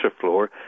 floor